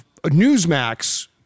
newsmax